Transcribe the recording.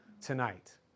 tonight